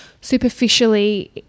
superficially